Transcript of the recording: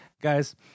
guys